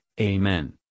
Amen